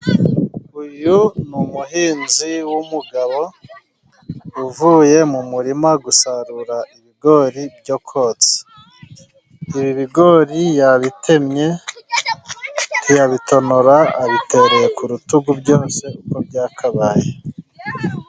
Uyu ni umuhinzi w'umugabo uvuye mu murima gusarura ibigori byo kotsa, ibi bigori yabitemye ntiyabitonora ,abitereye ku rutugu byose uko byakabaye.